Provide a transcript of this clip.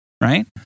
right